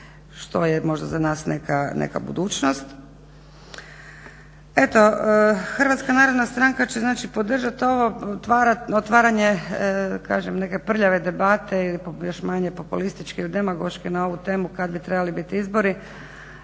što je možda za nas neka budućnost. HNS će podržati. Ovo otvaranje neke prljave debate ili još manje populističke i demagoške na ovu temu kada bi trebali biti izbori,